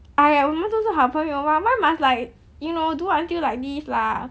!aiya! 我们都是好朋友 mah why must like you know do until like this lah